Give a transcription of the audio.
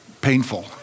painful